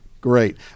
great